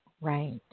Right